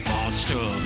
Monster